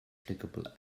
clickable